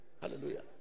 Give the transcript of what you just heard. Hallelujah